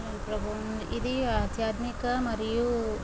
హే ప్రభువా ఇది ఆధ్యాత్మిక మరియు